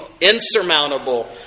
insurmountable